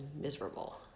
miserable